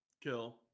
kill